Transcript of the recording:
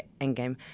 Endgame